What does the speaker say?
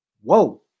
Whoa